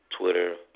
Twitter